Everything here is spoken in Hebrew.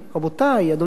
אדוני ראש הממשלה,